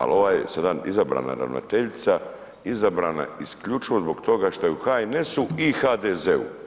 Ali, ovaj sada izabrana ravnateljica, izabrana je isključivo zbog toga što je u HNS-u i HDZ-u.